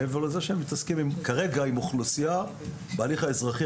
מעבר לזה שהם מתעסקים כרגע עם אוכלוסייה בהליך האזרחי,